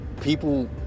people